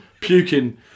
puking